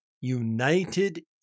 united